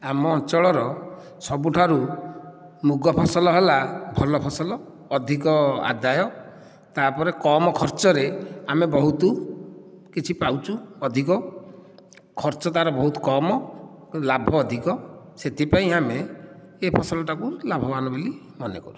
ଆମ ଅଞ୍ଚଳର ସବୁଠାରୁ ମୁଗ ଫସଲ ହେଲା ଭଲ ଫସଲ ଅଧିକ ଆଦାୟ ତା'ପରେ କମ ଖର୍ଚ୍ଚରେ ଆମେ ବହୁତୁ କିଛି ପାଉଛୁ ଅଧିକ ଖର୍ଚ୍ଚ ତା'ର ବହୁତ କମ୍ କିନ୍ତୁ ଲାଭ ଅଧିକ ସେଥିପାଇଁ ଆମେ ଏ ଫସଲଟାକୁ ଲାଭବାନ ବୋଲି ମନେକରୁ